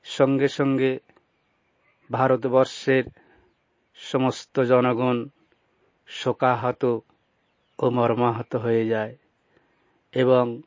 সঙ্গে সঙ্গে ভারতবর্ষের সমস্ত জনগণ শোকাহত ও মর্মাহত হয়ে যায় এবং